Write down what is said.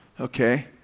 Okay